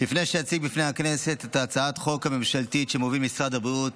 לפני שאציג בפני הכנסת את הצעת החוק הממשלתית שמוביל משרד הבריאות,